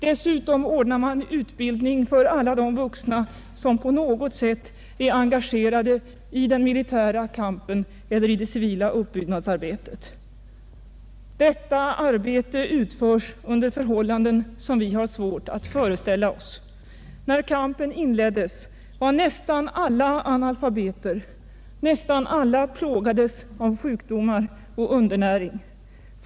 Dessutom ordnar man utbildning för alla de vuxna som på något sätt är engagerade i den militära kampen eller i det civila uppbyggnadsarbetet. Detta arbete utförs under förhållanden som vi har svårt att föreställa oss. När kampen inleddes, var nästan alla analfabeter. Nästan alla plågades av sjukdomar och undernäring.